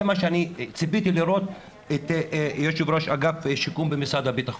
זה מה שציפיתי לראות את יו"ר אגף השיקום במשרד הבטחון.